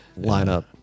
lineup